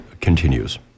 continues